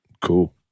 Cool